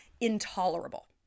intolerable